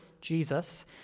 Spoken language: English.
Jesus